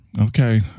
Okay